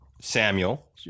Samuel